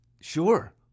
Sure